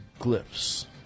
glyphs